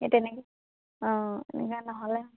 এই তেনেকে অঁ এনেকুৱা নহ'লে